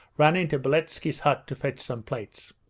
ran into beletski's hut to fetch some plates.